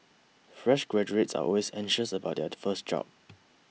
fresh graduates are always anxious about their first job